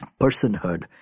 personhood